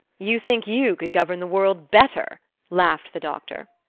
you think you could govern the world better? laughed the doctor.